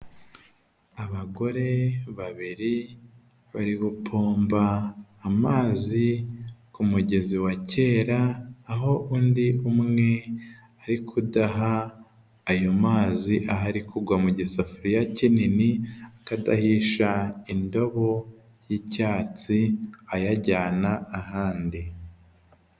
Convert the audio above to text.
Abagore babiri bari gupomba amazi ku mugezi wa kera, aho undi umwe ari kudaha ayo mazi ahari kugwa mu gisafuriya kinini, akadahisha indobo y'icyatsi ayajyana ahandi.